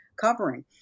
covering